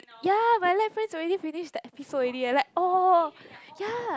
ya my lab friends already finish the episodes already eh like all ya